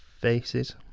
faces